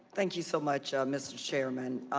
thank you so much mr. chairman,